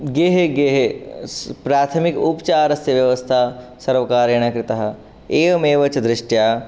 गेहे गेहे प्राथमिक उपचारस्य व्यवस्था सर्वकारेण कृता एवमेव च दृष्ट्या